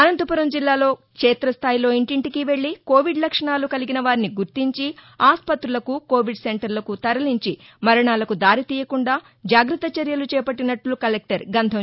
అనంతపురం జిల్లాలో క్షేతస్లాయిలో ఇంటింటికి వెళ్ళి కోవిడ్ లక్షణాలు కలిగిన వారిని గుర్తించి ఆస్పతులకు కోవిద్ సెంటర్లకు తరలించి మరణాలకు దారితీయకుండా జాగత్త చర్యలు చేపట్లినట్లు కలెక్షర్ గంధం